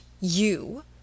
You